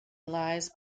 lies